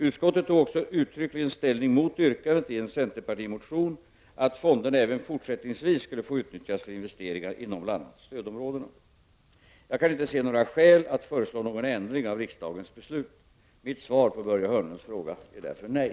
Utskottet tog också uttryckligen ställning mot yrkandet i en c-motion att fonderna även fortsättningsvis skulle få utnyttjas för investeringar inom bl.a. stödområdena . Jag kan inte se några skäl att föreslå någon ändring av riksdagens beslut. Mitt svar på Börje Hörnlunds fråga är därför nej.